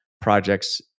projects